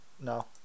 No